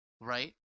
right